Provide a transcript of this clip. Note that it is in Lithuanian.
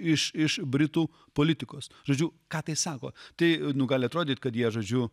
iš iš britų politikos žodžiu ką tai sako tai gali atrodyti kad jie žodžiu